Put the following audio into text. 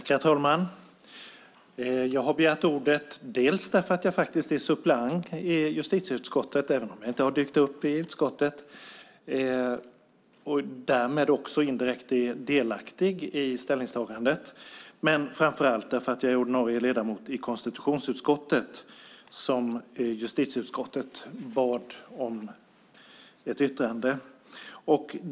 Herr talman! Jag har begärt ordet dels för att jag är suppleant i justitieutskottet - även om jag inte har dykt upp i utskottet - och därmed indirekt är delaktig i ställningstagandet, dels och framför allt för att jag är ordinarie ledamot i konstitutionsutskottet som justitieutskottet bad om ett yttrande.